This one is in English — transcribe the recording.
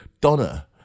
Donna